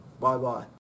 Bye-bye